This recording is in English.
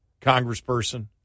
congressperson